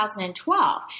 2012